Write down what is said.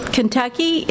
Kentucky